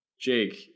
jake